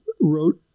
wrote